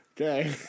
Okay